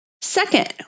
Second